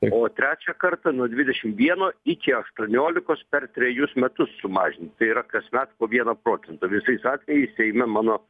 o trečią kartą nuo dvidešim vieno iki aštuoniolikos per trejus metus sumažinti tai yra kasmet po vieną procentą visais atvejais seime mano